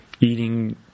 eating